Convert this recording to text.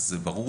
ברור,